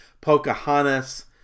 Pocahontas